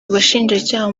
bashinjacyaha